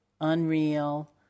unreal